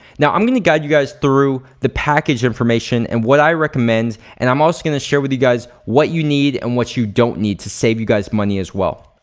now i'm gonna guide you guys through the package information and what i recommend and i'm also gonna share with you guys what you need and what you don't need to save you guys money as well.